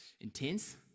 intense